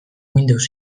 windows